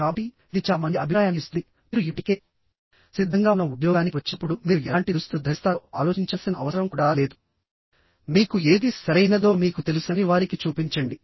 కాబట్టి ఇది చాలా మంచి అభిప్రాయాన్ని ఇస్తుంది మీరు ఇప్పటికే సిద్ధంగా ఉన్న ఉద్యోగానికి వచ్చినప్పుడు మీరు ఎలాంటి దుస్తులు ధరిస్తారో ఆలోచించాల్సిన అవసరం కూడా లేదు మీకు ఏది సరైనదో మీకు తెలుసని వారికి చూపించండి